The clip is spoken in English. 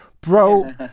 Bro